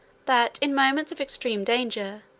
that, in moments of extreme danger,